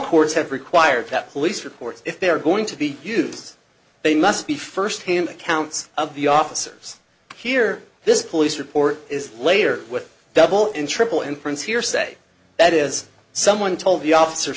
courts have required that police reports if they're going to be used they must be first hand accounts of the officers here this police report is later with double and triple imprints hearsay that is someone told the officer